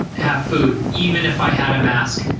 have food even if i had a mask.